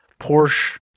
Porsche